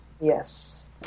Yes